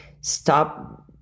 stop